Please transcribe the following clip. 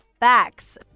Facts